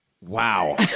Wow